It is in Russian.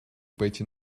пойти